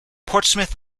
portsmouth